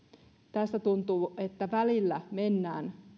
tässä tuntuu että välillä mennään